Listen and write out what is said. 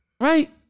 Right